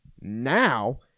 Now